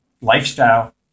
lifestyle